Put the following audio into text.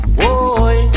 boy